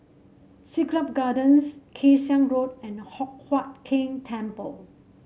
Siglap Gardens Kay Siang Road and Hock Huat Keng Temple